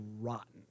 rotten